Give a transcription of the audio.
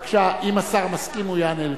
בבקשה, אם השר מסכים הוא יענה.